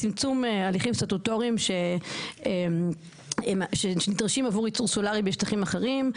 צמצום הליכים סטטוטוריים שנדרשים עבור ייצור סולרי בשטחים אחרים,